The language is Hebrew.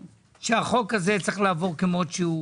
שהחוק הזה צריך לעבור כמות שהוא.